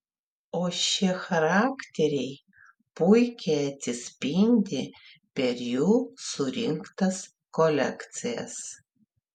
o šie charakteriai puikiai atsispindi per jų surinktas kolekcijas